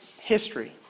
history